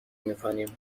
میکنیم